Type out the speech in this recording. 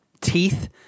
teeth